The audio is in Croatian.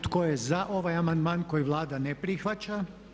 Tko je za ovaj amandman koji Vlada ne prihvaća?